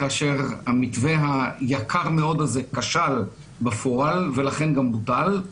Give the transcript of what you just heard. כאשר המתווה היקר מאוד הזה כשל בפועל ולכן גם בוטל,